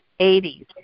80s